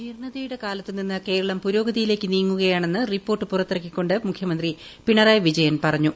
ജീർണ്ണത യുടെ കാലത്ത് നിന്ന് കേരളം പൂഷുർോഗതിയിലേക്ക് നീങ്ങുക യാണെന്ന് റിപ്പോർട്ട് പുറത്തിറക്കിക്ക്കാട്ട് മുഖ്യമന്ത്രി പിണറായി വിജയൻ പറഞ്ഞു